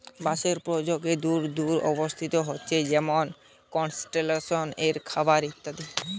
বাঁশের প্রয়োগ দূর দূর অব্দি হতিছে যেমনি কনস্ট্রাকশন এ, খাবার এ ইত্যাদি